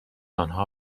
آنها